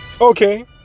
Okay